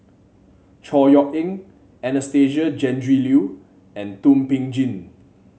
Chor Yeok Eng Anastasia Tjendri Liew and Thum Ping Tjin